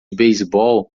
beisebol